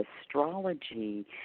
astrology